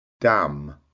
dam